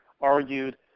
argued